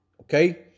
Okay